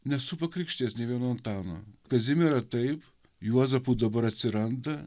nesu pakrikštyjęs nei vieno antano kazimierą taip juozapų dabar atsiranda